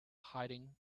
hiding